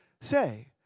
say